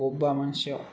बबेबा मोनसेआव